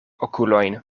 okulojn